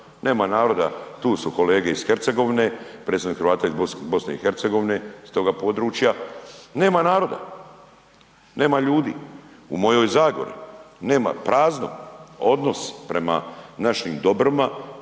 Nema naroda, tu su kolege iz Hercegovine, predsjednik Hrvata iz BiH, s toga područja. Nema naroda, nema ljudi. U mojoj Zagori, nema, prazno, odnos prema našim dobrima,